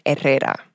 Herrera